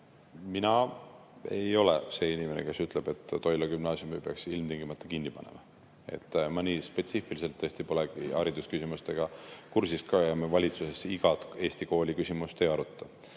Mina ei ole see inimene, kes ütleb, et Toila Gümnaasiumi peaks ilmtingimata kinni panema. Ma nii spetsiifiliselt pole haridusküsimustega kursis ka ja me valitsuses igat Eesti kooli küsimust ei aruta.